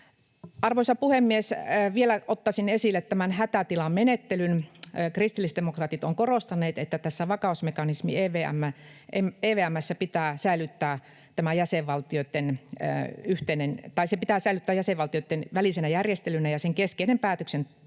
Arvoisa puhemies! Vielä ottaisin esille tämän hätätilamenettelyn. Kristillisdemokraatit ovat korostaneet, että tämä vakausmekanismi EVM pitää säilyttää jäsenvaltioitten välisenä järjestelynä ja sen keskeinen päätöksentekotapa